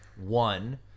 one